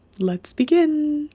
let's begin.